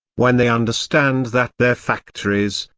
when they understand that their factories,